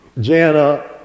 Jana